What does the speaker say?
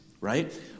right